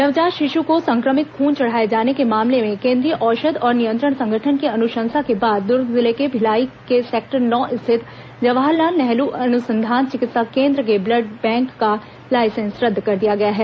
नवजात शिशु को संक्रमित खून चढ़ाए जाने के मामले में केंद्रीय औषध और नियंत्रण संगठन की अनुशंसा के बाद दुर्ग जिले के भिलाई के सेक्टर नौ स्थित जवाहरलाल नेहरू अनुसंधान और चिकित्सा केंद्र के ब्लड बैंक का लाइसेंस रद्द कर दिया गया है